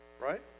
Right